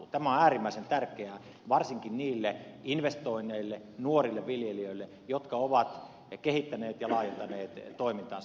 tämä on äärimmäisen tärkeää varsinkin niille investoinneille nuorille viljelijöille jotka ovat kehittäneet ja laajentaneet toimintaansa